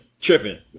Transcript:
tripping